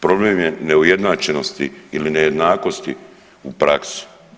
Problem je neujednačenosti ili nejednakosti u praksi.